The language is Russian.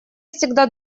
всегда